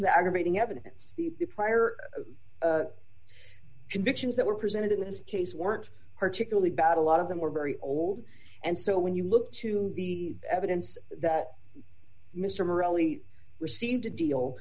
to the aggravating evidence the prior convictions that were presented in this case weren't particularly bad a lot of them were very old and so when you look to the evidence that mr murali received to deal